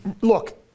look